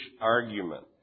argument